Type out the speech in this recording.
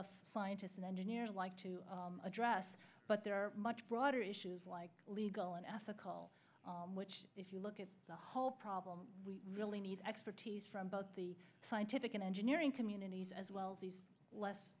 us scientists and engineers like to address but there are much broader issues like legal and ethical which if you look at the whole problem we really need expertise from both the scientific and engineering communities as well the less